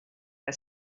que